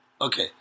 Okay